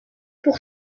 pour